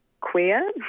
queer